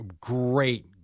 Great